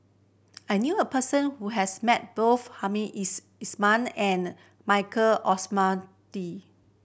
I knew a person who has met both Hamed Ismail and Michael